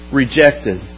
rejected